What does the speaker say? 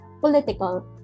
political